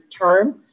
term